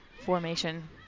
formation